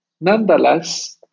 nonetheless